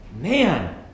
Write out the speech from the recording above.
man